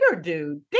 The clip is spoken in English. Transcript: dude